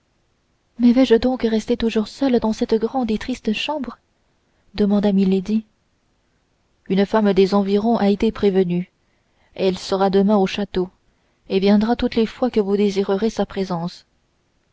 mais vais-je donc rester toujours seule dans cette grande et triste chambre demanda milady une femme des environs a été prévenue elle sera demain au château et viendra toutes les fois que vous désirerez sa présence